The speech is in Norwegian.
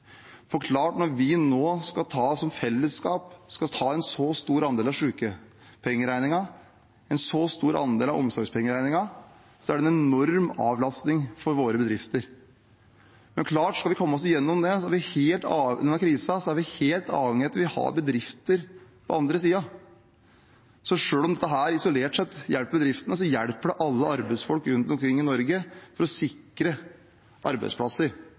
klart at når vi nå, som fellesskap, skal ta en så stor andel av sykepengeregningen, en så stor andel av omsorgspengeregningen, er det en enorm avlastning for våre bedrifter. Og det er klart at skal vi komme oss gjennom denne krisen, er vi helt avhengig av at vi har bedrifter på den andre siden. Så selv om dette isolert sett hjelper bedriftene, hjelper det alle arbeidsfolk rundt omkring i Norge. Det sikrer arbeidsplasser,